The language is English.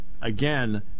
again